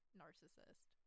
narcissist